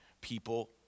people